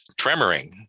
tremoring